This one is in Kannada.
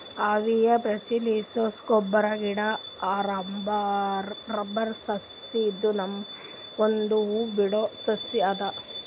ಹೆವಿಯಾ ಬ್ರಾಸಿಲಿಯೆನ್ಸಿಸ್ ರಬ್ಬರ್ ಗಿಡಾ ರಬ್ಬರ್ ಸಸಿ ಇದು ಒಂದ್ ಹೂ ಬಿಡೋ ಸಸಿ ಅದ